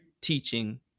teaching